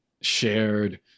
shared